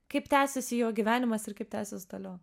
kaip tęsiasi jo gyvenimas ir kaip tęsis toliau